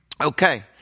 Okay